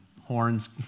horns